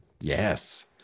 yes